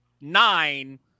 nine